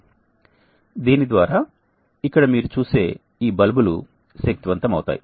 దీని ద్వారా ఇక్కడ మీరు చూసే ఈ బల్బులు శక్తివంతమవుతాయి